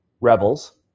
Rebels